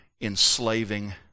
enslaving